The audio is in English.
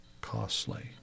costly